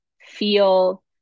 feel